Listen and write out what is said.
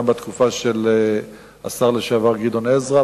גם בתקופה של השר לשעבר גדעון עזרא.